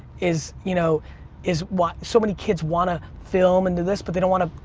is you know is why so many kids wanna film and do this but they don't wanna,